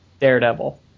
Daredevil